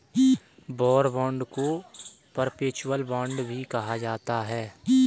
war bond को perpetual bond भी कहा जाता है